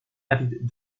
avide